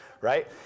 right